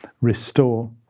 restore